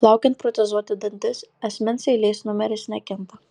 laukiant protezuoti dantis asmens eilės numeris nekinta